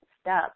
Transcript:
step